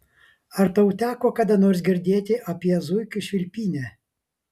ar tau teko kada nors girdėti apie zuikių švilpynę